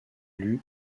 élus